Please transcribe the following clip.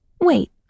Wait